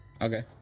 Okay